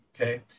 Okay